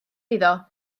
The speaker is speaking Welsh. iddo